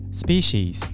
species